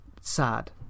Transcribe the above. sad